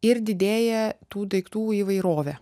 ir didėja tų daiktų įvairovė